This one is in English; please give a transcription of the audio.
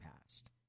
past